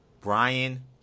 Brian